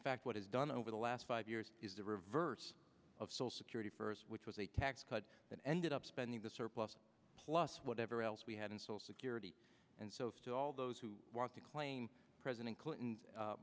in fact what is done over the last five years is the reverse of social security first which was a tax cut that ended up spending the surplus plus whatever else we had and still security and so still all those who want to claim president clinton